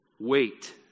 Wait